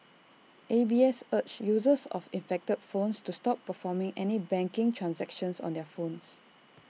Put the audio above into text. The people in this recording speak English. A B S urged users of infected phones to stop performing any banking transactions on their phones